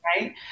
Right